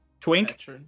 Twink